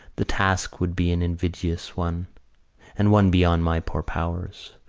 the task would be an invidious one and one beyond my poor powers.